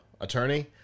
attorney